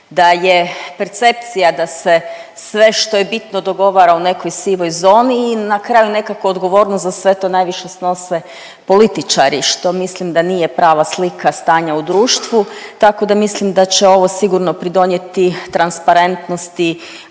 da je percepcija da se sve što je bitno dogovara u nekakvoj sivoj zoni i na kraju nekako odgovornost za sve to najviše snose političari, što mislim da nije prava slika stanja u društvu, tako da mislim da će ovo sigurno pridonijeti transparentnosti,